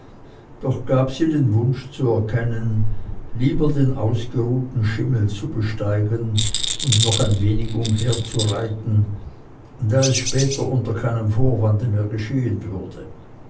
doch gab sie den wunsch zu erkennen lieber den ausgeruhten schimmel zu besteigen und noch ein wenig umherzureiten da es später unter keinem vorwande mehr geschehen würde